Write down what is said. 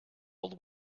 old